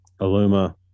Aluma